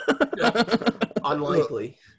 Unlikely